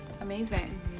amazing